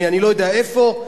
מאני-לא-יודע-איפה,